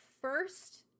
first